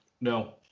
No